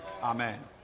Amen